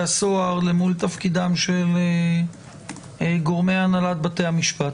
הסוהר למול תפקידם של גורמי הנהלת בתי המשפט.